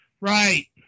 Right